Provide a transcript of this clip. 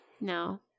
No